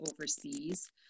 overseas